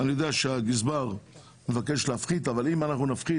אני יודע שהגזבר מבקש להפחית אבל אם אנחנו נפחית